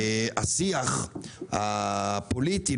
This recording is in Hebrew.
השיח הפוליטי,